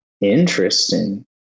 Interesting